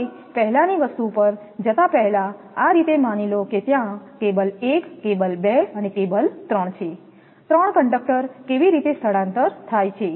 હવે પહેલાંની વસ્તુ પર જતા પહેલા આ રીતે માની લો કે ત્યાં કેબલ 1 કેબલ 2 કેબલ 3 3 કંડક્ટર કેવી રીતે સ્થળાંતર થાય છે